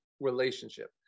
relationship